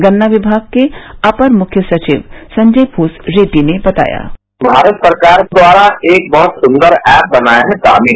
गन्ना विभाग के अपर मुख्य सचिव संजय भूस रेड्डी ने बताया भारत सरकार द्वारा एक बहत सुन्दर ऐप बनाया है दामिनी